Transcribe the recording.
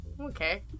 Okay